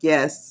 Yes